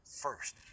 first